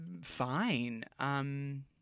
fine